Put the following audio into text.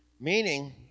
Meaning